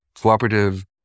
cooperative